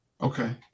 Okay